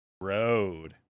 road